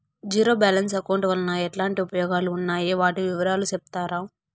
Zero balance account వలన ఎట్లాంటి ఉపయోగాలు ఉన్నాయి? వాటి వివరాలు సెప్తారా?